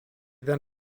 then